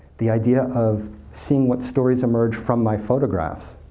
the idea of seeing what stories emerge from my photographs,